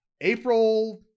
April